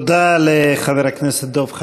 תודה לחבר הכנסת דב חנין.